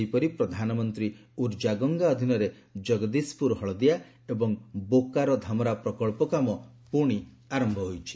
ସେହିପରି ପ୍ରଧାନମନ୍ତ୍ରୀ ଉର୍ଜା ଗଙ୍ଗା ଅଧୀନରେ ଜଗଦିଶପୁର ହଳଦିଆ ଏବଂ ବୋକାରୋ ଧାମରା ପ୍ରକଳ୍ପ କାମ ପୁଣି ଆରମ୍ଭ ହୋଇଛି